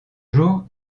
jours